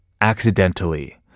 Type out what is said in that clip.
accidentally